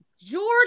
Jordan